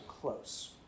close